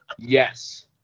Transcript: Yes